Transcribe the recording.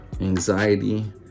anxiety